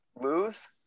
lose